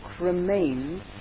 remains